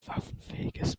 waffenfähiges